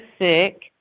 sick